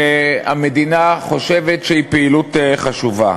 שהמדינה חושבת שהיא פעילות חשובה.